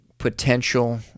potential